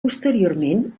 posteriorment